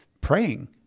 praying